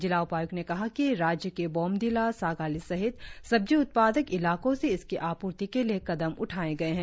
जिला उपाय्क्त ने कहा कि राज्य के बोमडिला सागाली सहित सब्जी उत्पादक इलाकों से इसकी आपूर्ति के लिए कदम उठाएं गए है